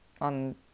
on